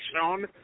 shown